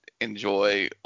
enjoy